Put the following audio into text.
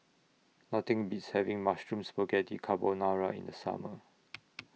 Nothing Beats having Mushroom Spaghetti Carbonara in The Summer